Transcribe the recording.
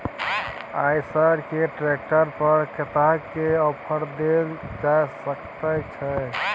आयसर के ट्रैक्टर पर कतेक के ऑफर देल जा सकेत छै?